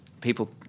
people